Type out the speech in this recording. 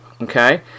okay